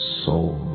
soul